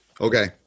Okay